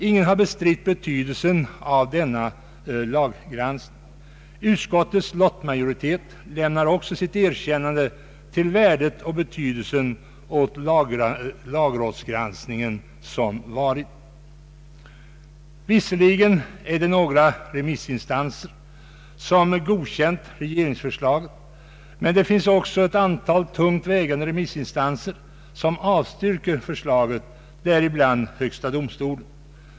Ingen har bestritt betydelsen av denna laggranskning. Utskottets lottmajoritet lämnar också sitt erkännande till värdet och betydelsen av den lagrådsgranskning som varit. Visserligen har några remissinstanser godkänt regeringsförslaget, men det finns också ett antal tungt vägande remissinstanser som avstyrker förslaget, däribland högsta domstolen.